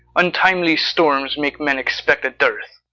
untimely storms make men expect a dearth.